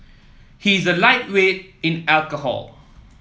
he is a lightweight in alcohol